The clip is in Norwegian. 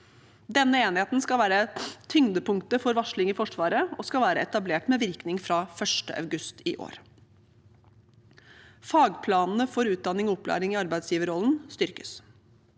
Denne enheten skal være tyngdepunktet for varsling i Forsvaret, og skal være etablert med virkning fra 1. august i år. Fagplanene for utdanning og opplæring i arbeidsgiverrollen styrkes.